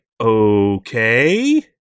okay